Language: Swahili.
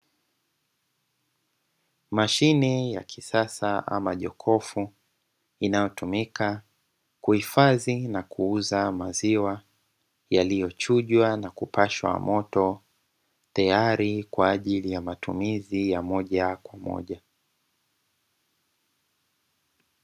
Mashine ya kisasa ama jokofu inayotumika kuhifadhi na kuuza maziwa yaliyochujwa na kupashwa moto, tayari kwa ajili ya matumizi ya moja kwa moja.